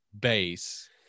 base